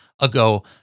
ago